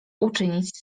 uczynić